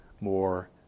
more